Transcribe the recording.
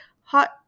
Hot